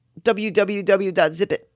www.zipit